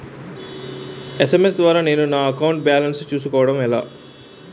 SMS ద్వారా నేను నా అకౌంట్ బాలన్స్ చూసుకోవడం ఎలా?